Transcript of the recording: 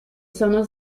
sono